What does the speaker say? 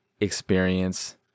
experience